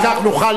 אז כך נוכל,